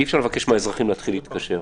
אי אפשר לבקש מהאזרחים להתחיל להתקשר.